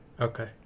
Okay